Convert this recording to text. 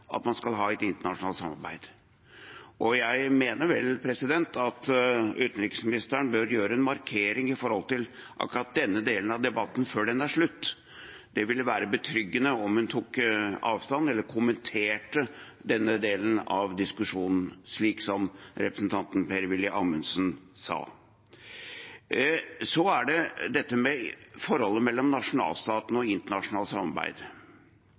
at man skal ha et internasjonalt samarbeid. Jeg mener vel at utenriksministeren bør gjøre en markering med hensyn til akkurat denne delen av debatten, før den er slutt – det ville være betryggende om hun tok avstand fra, eller kommenterte, denne delen av diskusjonen og det representanten Per-Willy Amundsen sa. Så er det dette med forholdet mellom nasjonalstatene og internasjonalt samarbeid.